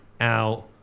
out